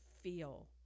feel